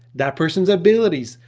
that person's abilities.